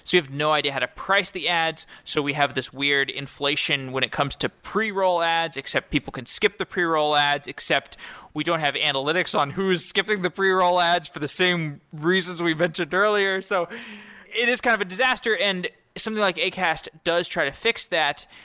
have no idea how to price the ads, so we have this weird inflation when it comes to pre-roll ads except people can skip the pre-roll ads, except we don't have analytics on who's skipping the pre-roll ads for the same reasons we've mentioned earlier. so it is kind of a disaster, and something like acast does try to fix that.